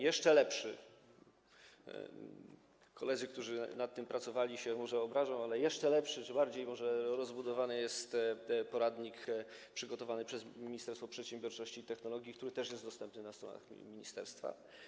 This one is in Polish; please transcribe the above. Jeszcze lepszy - koledzy, którzy nad tym pracowali, może się obrażą - czy może bardziej rozbudowany jest poradnik przygotowany przez Ministerstwo Przedsiębiorczości i Technologii, który też jest dostępny na stronach ministerstwa.